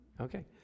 Okay